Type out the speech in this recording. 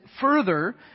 further